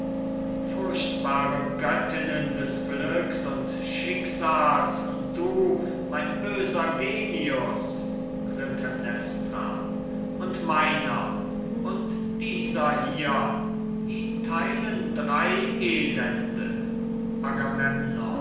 furchtbare göttinnen des glücks und schicksals und du mein böser genius klytämnestra und meiner und dieser hier ihn theilen drei elende